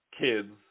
kids